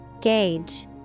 Gauge